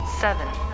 Seven